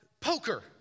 poker